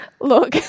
look